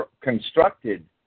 constructed